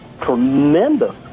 tremendous